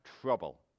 trouble